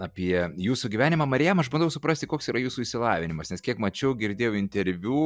apie jūsų gyvenimą marijam aš bandau suprasti koks yra jūsų išsilavinimas nes kiek mačiau girdėjau interviu